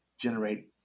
generate